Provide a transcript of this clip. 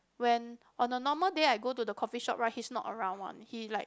when on a normal day I go to the coffee shop right he's not around one he like